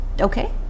okay